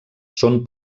són